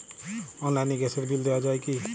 অনলাইনে গ্যাসের বিল দেওয়া যায় কি?